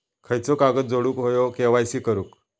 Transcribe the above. खयचो कागद जोडुक होयो के.वाय.सी करूक?